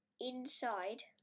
inside